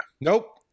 Nope